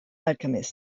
alchemist